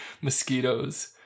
mosquitoes